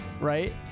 right